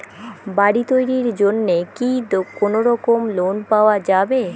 বাড়ি তৈরির জন্যে কি কোনোরকম লোন পাওয়া যাবে?